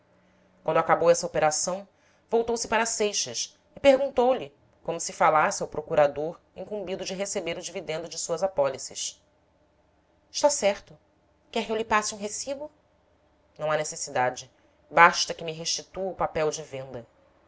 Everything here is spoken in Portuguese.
quando acabou essa operação voltou-se para seixas e perguntou-lhe como se falasse ao procurador incumbido de receber o dividendo de suas apólices está certo quer que eu lhe passe um recibo não há necessidade basta que me restitua o papel de venda